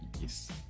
Yes